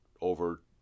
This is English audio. over